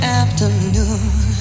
afternoon